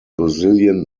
brazilian